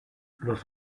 los